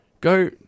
Go